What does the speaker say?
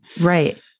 Right